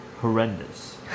horrendous